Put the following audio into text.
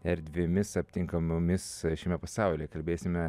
erdvėmis aptinkamomis šiame pasaulyje kalbėsime